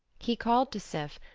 he called to sif,